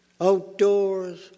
Outdoors